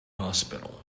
hospital